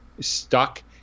stuck